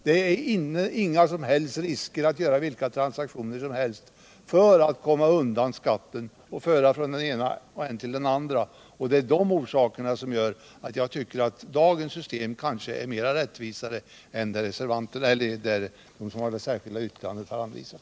Det innebär ingen som helst risk att göra vilka transaktioner som helst, att föra över från den ena till den andra, för att komma undan skatten. Det är de orsakerna som gör att jag tycker att dagens system är mer rättvist än det som det särskilda yttrandet anvisat.